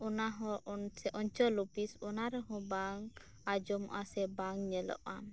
ᱚᱱᱟᱦᱚᱸ ᱚᱧᱪᱚᱞ ᱚᱯᱷᱤᱥ ᱚᱱᱟ ᱨᱮᱦᱚᱸ ᱵᱟᱝ ᱟᱸᱡᱚᱢᱚᱜᱼᱟ ᱥᱮ ᱵᱟᱝ ᱧᱮᱞᱚᱜᱼᱟ